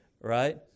Right